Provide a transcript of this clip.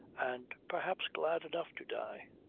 and perhaps glad enough to die.